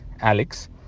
Alex